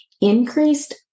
increased